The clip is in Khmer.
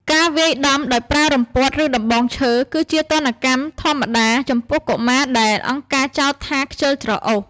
ការវាយដំដោយប្រើរំពាត់ ឬដំបងឈើ គឺជាទណ្ឌកម្មធម្មតាចំពោះកុមារដែលអង្គការចោទថា «ខ្ជិលច្រអូស»។